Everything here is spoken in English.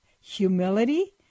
Humility